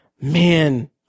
man